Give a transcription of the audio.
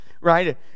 right